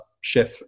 chef